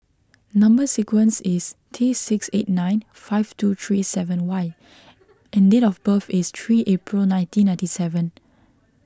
Number Sequence is T six eight nine five two three seven Y and date of birth is three April nineteen ninety seven